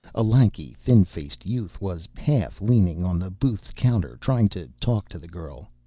a lanky, thin-faced youth was half-leaning on the booth's counter, trying to talk to the girl.